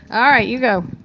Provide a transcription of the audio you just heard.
all right, you go.